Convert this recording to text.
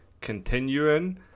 continuing